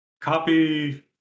copy